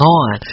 on